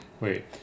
Wait